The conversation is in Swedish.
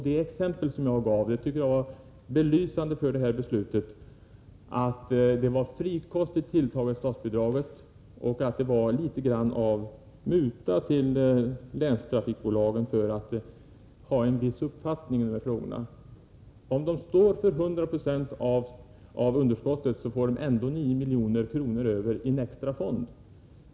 Det exempel som jag gav var belysande för att statsbidraget var frikostigt tilltaget och litet av en muta till länstrafikbolagen för att de skulle ha en viss uppfattning i dessa frågor. Står de för 100 96 av underskottet, får de ändå 9 milj.kr. över i en extra fond.